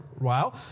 Wow